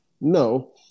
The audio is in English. No